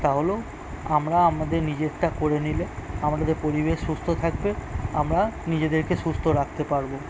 তাহলেও আমরা আমাদের নিজেরটা করে নিলে আমাদের পরিবেশ সুস্থ থাকবে আমরা নিজেদেরকে সুস্থ রাখতে পারব